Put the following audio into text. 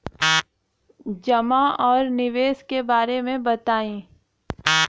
जमा और निवेश के बारे मे बतायी?